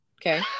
Okay